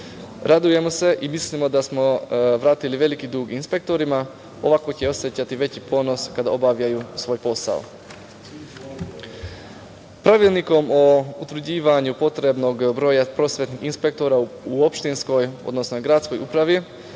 Radujemo se i mislimo da smo vratili veliki dug inspektorima. Ovako će osećati veći ponos kada obavljaju svoj posao. Pravilnikom o utvrđivanju potrebnog broja prosvetnih inspektora u opštinskoj, odnosno gradskoj upravi,